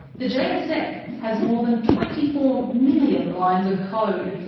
the jsf has more than twenty four million lines of code,